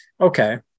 Okay